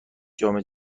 جام